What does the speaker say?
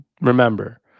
remember